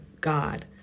God